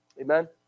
Amen